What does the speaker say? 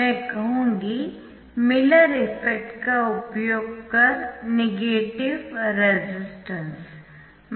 मैं कहूंगी Miller effect का उपयोग कर नेगेटिव रेसिस्टेंस